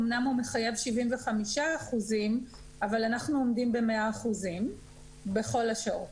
אמנם הוא מחייב 75% אבל אנחנו עומדים ב-100% בכל השעות.